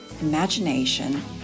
imagination